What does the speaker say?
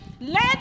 let